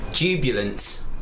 Jubilant